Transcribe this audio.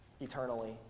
eternally